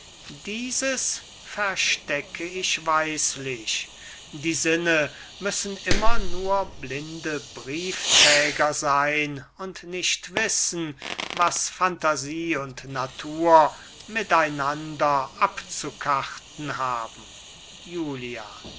dieses verstecke ich weislich die sinne müssen immer nur blinde briefträger sein und nicht wissen was phantasie und natur miteinander abzukarten haben julia